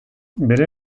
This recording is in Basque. bere